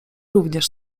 również